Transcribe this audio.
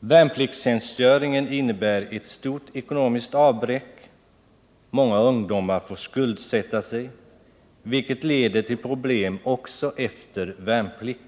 Värnpliktstjänstgöringen innebär ett stort ekonomiskt avbräck. Många ungdomar får skuldsätta sig, vilket leder till problem också efter värnplikten.